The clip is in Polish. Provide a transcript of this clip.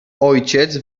ojciec